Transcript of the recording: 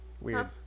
Weird